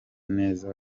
neza